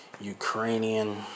Ukrainian